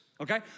okay